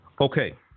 Okay